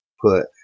put